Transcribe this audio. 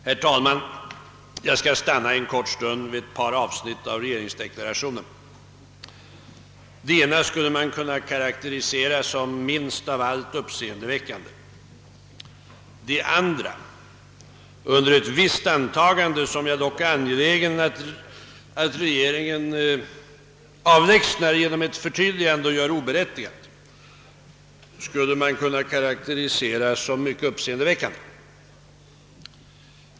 Herr talman! Jag skall stanna en kort stund vid ett par avsnitt av regeringsdeklarationen. Det ena skulle man kunna karakterisera som minst av allt uppseendeväckande. Det andra skulle man kunna karakterisera som mycket uppseendeväckande under en förutsättning som jag är angelägen om att regeringen, om något missförstånd uppstått, avlägsnar genom ett förtydligande.